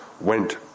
went